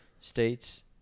states